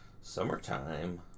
summertime